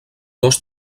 dos